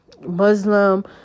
Muslim